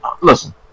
Listen